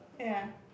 ya